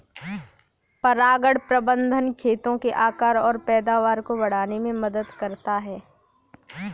परागण प्रबंधन खेतों के आकार और पैदावार को बढ़ाने में मदद करता है